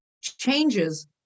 changes